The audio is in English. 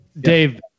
Dave